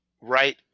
right